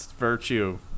Virtue